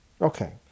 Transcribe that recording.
Okay